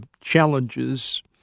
challenges